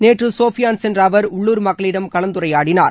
நேற்று சோபியான் சென்ற அவர் உள்ளுர் மக்களிடம் கலந்துரைாயடினார்